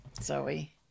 Zoe